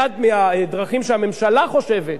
אחת מהדרכים שהממשלה חושבת,